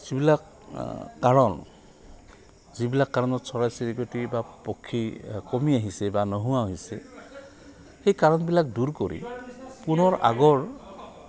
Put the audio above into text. যিবিলাক কাৰণ যিবিলাক কাৰণত চৰাই চিৰিকটি বা পক্ষী কমি আহিছে বা নোহোৱা হৈছে সেই কাৰণবিলাক দূৰ কৰি পুনৰ আগৰ